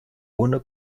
ohne